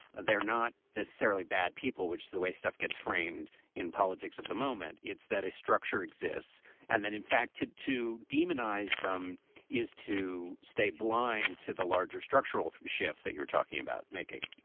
they're not necessarily bad people which is the way stuff gets framed in politics of the moment. it's that a structure exists and then in fact to to demonize them is to stay blind to the larger structural shift that you're talking about making